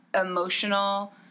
emotional